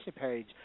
page